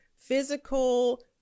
physical